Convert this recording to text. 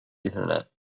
ethernet